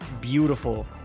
beautiful